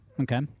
okay